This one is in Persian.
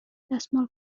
دستمال